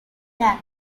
there